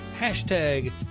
hashtag